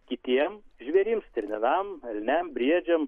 kitiem žvėrims stirninam elniam briedžiam